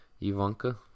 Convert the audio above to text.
Ivanka